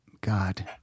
God